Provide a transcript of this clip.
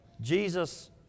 Jesus